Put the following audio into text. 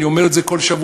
ואני אומר את זה כל שבוע,